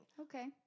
okay